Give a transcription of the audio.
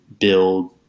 build